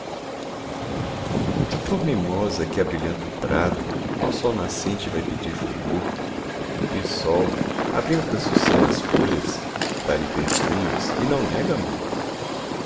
flor mimosa que abrilhanta o prado ao sol nascente vai pedir fulgor e o sol abrindo da açucena as folhas dá-lhe perfumes e não nega amor